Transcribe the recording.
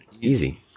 Easy